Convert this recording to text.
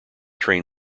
train